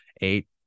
eight